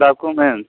documents